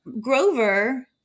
Grover